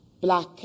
black